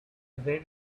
very